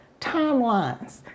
timelines